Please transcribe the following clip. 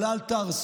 אבל אל תהרסו,